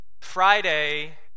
Friday